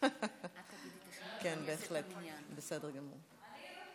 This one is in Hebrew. את הצעת חוק שכר שווה לעובדת ולעובד